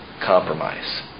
Compromise